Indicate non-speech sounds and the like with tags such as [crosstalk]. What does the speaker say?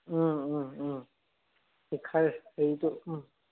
[unintelligible] হেৰিটো